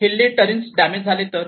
हिल्ली terrains damage झाले तर